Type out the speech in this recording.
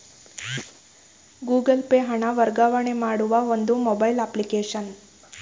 Google Pay ಹಣ ವರ್ಗಾವಣೆ ಮಾಡುವ ಒಂದು ಮೊಬೈಲ್ ಅಪ್ಲಿಕೇಶನ್